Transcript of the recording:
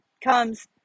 comes